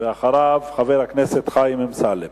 ואחריו, חבר הכנסת חיים אמסלם.